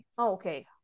Okay